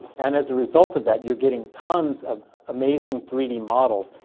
and as a result of that, you're getting tons of amazing three d models.